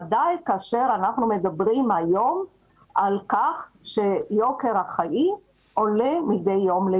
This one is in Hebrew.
בוודאי כאשר אנחנו מדברים על כך שיוקר המחיה עולה מדי יום.